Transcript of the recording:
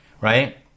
right